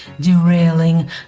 derailing